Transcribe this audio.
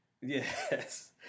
Yes